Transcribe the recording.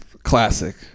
Classic